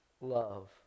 love